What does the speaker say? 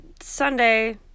Sunday